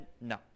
no